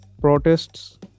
protests